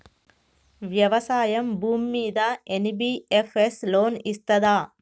వ్యవసాయం భూమ్మీద NBFS loan ఇస్తదా?